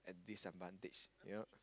and disadvantage you know